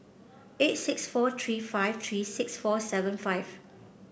eight six four three five three six four seven five